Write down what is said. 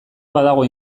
badago